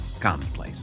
commonplace